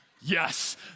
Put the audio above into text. yes